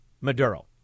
Maduro